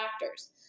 factors